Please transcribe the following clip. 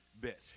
bit